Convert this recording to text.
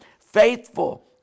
faithful